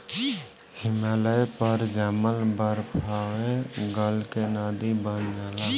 हिमालय पर जामल बरफवे गल के नदी बन जाला